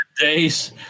days